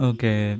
Okay